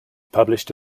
published